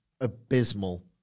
abysmal